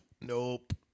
Nope